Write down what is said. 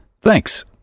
Thanks